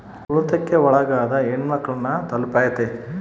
ತುಳಿತಕ್ಕೆ ಒಳಗಾದ ಹೆಣ್ಮಕ್ಳು ನ ತಲುಪೈತಿ